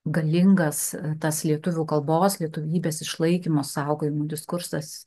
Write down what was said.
galingas tas lietuvių kalbos lietuvybės išlaikymo saugojimo diskursas